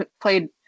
played